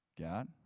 God